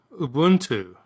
Ubuntu